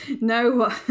No